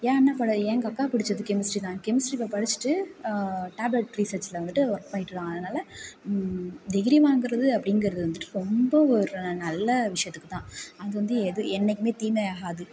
என் அண்ணண் கூட எங்க அக்கா படித்தது கெமிஸ்ட்ரி தான் கெமிஸ்ட்ரி இப்போ படித்திட்டு டேப்லெட் ரீசர்ச்சில் வந்துட்டு ஒர்க் பண்ணிகிட்டு இருக்காங்க அதனால டிகிரி வாங்குவது அப்படிங்கிறது வந்துட்டு ரொம்ப ஒரு நல்ல விஷயத்துக்கு தான் அது வந்து எது என்னைக்கும் தீமை ஆகாது